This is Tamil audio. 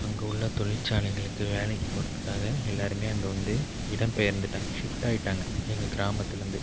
அங்கே உள்ள தொழிற்சாலைகளுக்கு வேலைக்கு போறதுக்காக எல்லாருமே அங்கே வந்து இடம் பெயர்ந்துட்டாங்க ஷிஃப்ட்டாயிட்டாங்க எங்கள் கிராமத்திலேந்து